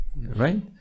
right